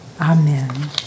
Amen